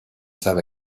savent